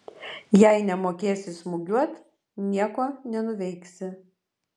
jei nemokėsi smūgiuot nieko nenuveiksi